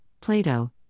Plato